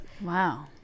Wow